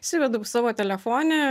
įsivedu savo telefone